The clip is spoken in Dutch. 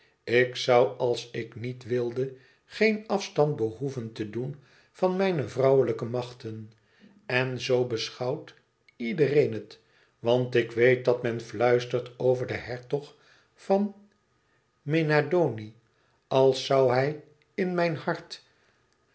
ik zoû als ik niet wilde geen afstand behoeven te doen van mijne vrouwelijke machten en zoo beschouwt iedereen het want ik weet dat men fluistert over den hertog van mena doni als zoû hij in mijn hart